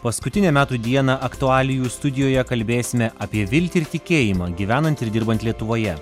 paskutinę metų dieną aktualijų studijoje kalbėsime apie viltį ir tikėjimą gyvenant ir dirbant lietuvoje